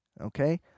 Okay